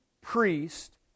priest